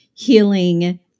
healing